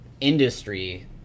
industry